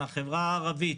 מהחברה הערבית,